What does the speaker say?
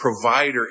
provider